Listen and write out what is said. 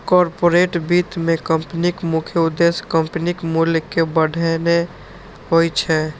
corporate वित्त मे कंपनीक मुख्य उद्देश्य कंपनीक मूल्य कें बढ़ेनाय होइ छै